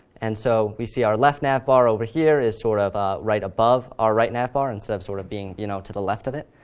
and so we see our left navbar over here, sort of ah right above our right navbar, instead of sort of being, you know, to the left of it.